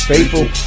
Faithful